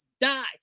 die